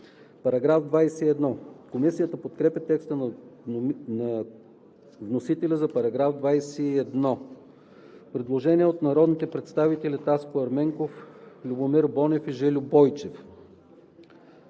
съответните“.“ Комисията подкрепя текста на вносителя за § 21. Предложение на народните представители Таско Ерменков, Любомир Бонев и Жельо Бойчев: